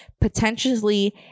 potentially